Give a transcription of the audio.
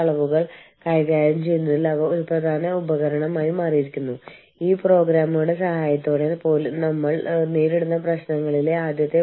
നമ്മൾ വാണിജ്യ നയതന്ത്രത്തെകുറിച്ച് സംസാരിക്കുമ്പോൾ നമ്മൾ സംസാരിക്കുന്നത് വ്യാപാര ചർച്ചകളെക്കുറിച്ചാണ്